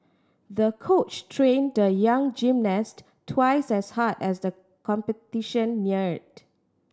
the coach trained the young gymnast twice as hard as the competition neared